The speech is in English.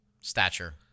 stature